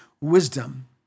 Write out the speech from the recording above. wisdom